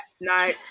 no